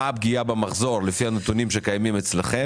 מה הפגיעה במחזור לפי הנתונים אצלכם,